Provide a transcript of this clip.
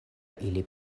ili